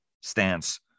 stance